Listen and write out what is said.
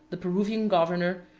the peruvian governor,